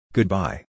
Goodbye